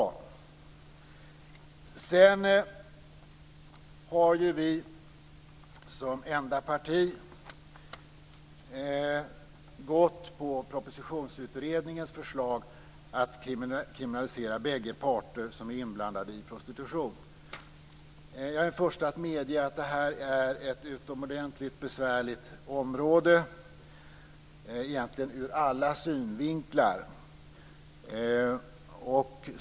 Kristdemokraterna har som enda parti gått på Propositionsutredningens förslag om att kriminalisera bägge parter som är inblandade i prostitution. Jag är den förste att medge att detta är ett utomordentligt besvärligt område - egentligen ur alla synvinklar.